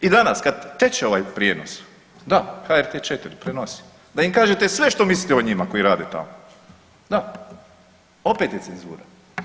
I danas kad teče ovaj prijenos, da HRT 4 prenosi, da im kažete sve što mislite o njima koji rade tamo, da opet je cenzura.